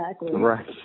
Right